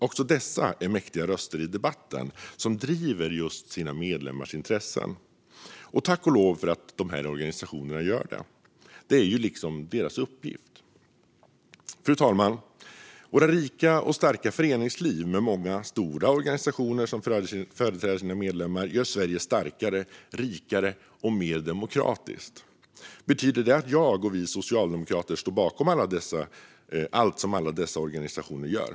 Också dessa är mäktiga röster i debatten, som driver just sina medlemmars intressen. Tack och lov för att dessa organisationer gör det. Det är ju liksom deras uppgift. Fru talman! Vårt föreningsliv med många stora organisationer som företräder sina medlemmar gör Sverige starkare, rikare och mer demokratiskt. Betyder det att jag och vi socialdemokrater står bakom allt som alla dessa organisationer gör?